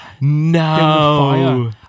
No